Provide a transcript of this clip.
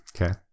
okay